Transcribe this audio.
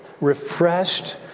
refreshed